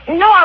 no